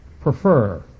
prefer